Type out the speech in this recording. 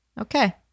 Okay